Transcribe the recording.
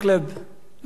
לא נפקיר את ארץ-ישראל,